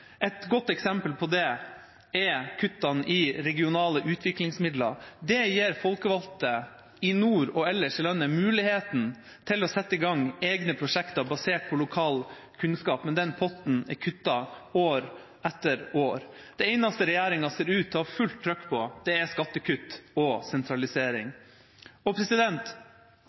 Et godt eksempel på det er kuttene i regionale utviklingsmidler. Det gir folkevalgte i nord og ellers i landet muligheten til å sette i gang egne prosjekter basert på lokal kunnskap, men den potten er kuttet år etter år. Det eneste regjeringa ser ut til å ha fullt trøkk på, er skattekutt og sentralisering.